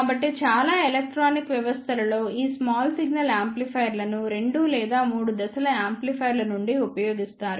కాబట్టి చాలా ఎలక్ట్రానిక్ వ్యవస్థలలో ఈ స్మాల్ సిగ్నల్ యాంప్లిఫైయర్లను 2 లేదా 3 దశల యాంప్లిఫైయర్ల నుండిఉపయోగిస్తారు